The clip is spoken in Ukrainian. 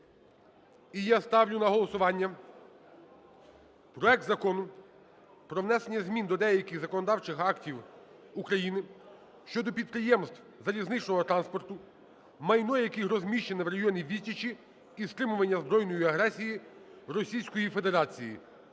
І я ставлю на голосування проект Закону про внесення змін до деяких законодавчих актів України щодо підприємств залізничного транспорту, майно яких розміщене в районі відсічі і стримування збройної агресії Російської Федерації